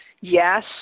yes